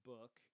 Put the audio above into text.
Book